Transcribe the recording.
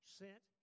sent